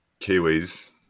Kiwis